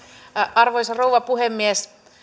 arvoisa rouva puhemies